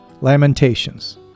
Lamentations